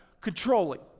Controlling